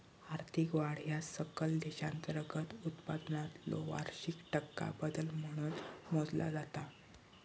आर्थिक वाढ ह्या सकल देशांतर्गत उत्पादनातलो वार्षिक टक्का बदल म्हणून मोजला जाता